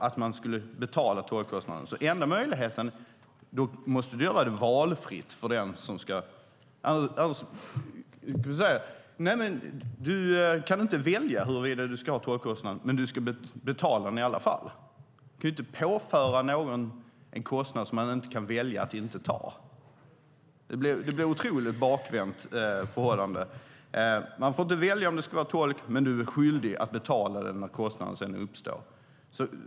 Om man ska betala tolkkostnaderna måste tolkningen vara valfri för den tilltalade. Man kan inte välja om man ska ha tolk, men man ska betala kostnaden i alla fall. Vi kan inte påföra någon en kostnad som man inte kan välja att inte ta. Det blir ett otroligt bakvänt förhållande. Man får inte välja om det ska finnas tolkning, men man är skyldig att betala den när kostnaden sedan uppstår.